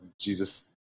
jesus